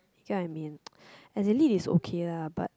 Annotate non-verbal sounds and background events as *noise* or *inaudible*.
you get what I mean *noise* as in lit is okay lah but